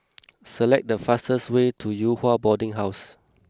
select the fastest way to Yew Hua Boarding House